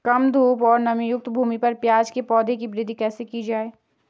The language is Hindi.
कम धूप और नमीयुक्त भूमि पर प्याज़ के पौधों की वृद्धि कैसे की जाए?